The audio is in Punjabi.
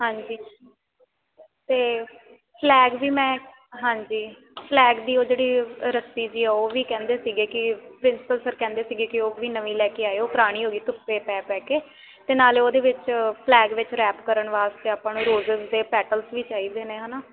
ਹਾਂਜੀ ਅਤੇ ਫਲੈਗ ਵੀ ਮੈਂ ਹਾਂਜੀ ਫਲੈਗ ਦੀ ਉਹ ਜਿਹੜੀ ਰੱਸੀ ਜਿਹੀ ਆ ਉਹ ਵੀ ਕਹਿੰਦੇ ਸੀਗੇ ਕਿ ਪ੍ਰਿੰਸਪਲ ਸਰ ਕਹਿੰਦੇ ਸੀਗੇ ਕਿ ਉਹ ਵੀ ਨਵੀਂ ਲੈ ਕੇ ਆਇਓ ਪੁਰਾਣੀ ਹੋ ਗਈ ਧੁੱਪੇ ਪੈ ਪੈ ਕੇ ਅਤੇ ਨਾਲ ਉਹਦੇ ਵਿੱਚ ਫਲੈਗ ਵਿੱਚ ਰੈਪ ਕਰਨ ਵਾਸਤੇ ਆਪਾਂ ਨੂੰ ਰੋਜ਼ਿਜ਼ ਦੇ ਪੈਟਲ ਵੀ ਚਾਹੀਦੇ ਨੇ ਹੈ ਨਾ